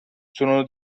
sono